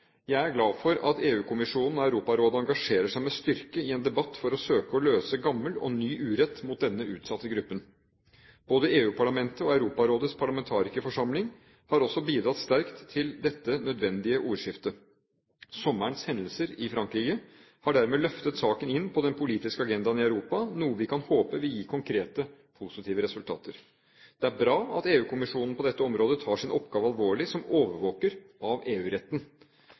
Jeg er glad for at EU-kommisjonen og Europarådet engasjerer seg med styrke i en debatt for å søke å løse gammel og ny urett mot denne utsatte gruppen. Både EU-parlamentet og Europarådets parlamentarikerforsamling har også bidratt sterkt til dette nødvendige ordskiftet. Sommerens hendelser i Frankrike har dermed løftet saken inn på den politiske agendaen i Europa – noe vi kan håpe vil gi konkrete, positive resultater. Det er bra at EU-kommisjonen på dette området tar sin oppgave alvorlig som overvåker av